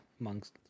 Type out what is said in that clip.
amongst